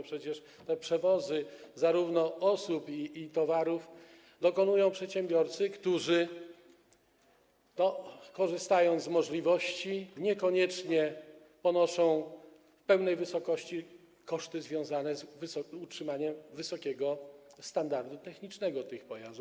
Przecież tych przewozów zarówno osób, jak i towarów dokonują przedsiębiorcy, którzy korzystają z takiej możliwości, a niekoniecznie ponoszą w pełnej wysokości koszty związane z utrzymaniem wysokiego standardu technicznego tych pojazdów.